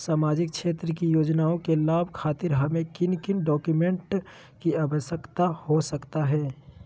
सामाजिक क्षेत्र की योजनाओं के लाभ खातिर हमें किन किन डॉक्यूमेंट की आवश्यकता हो सकता है?